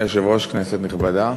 אדוני היושב-ראש, כנסת נכבדה,